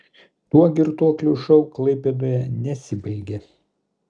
tuo girtuoklių šou klaipėdoje nesibaigė